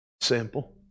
Simple